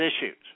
issues